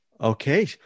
Okay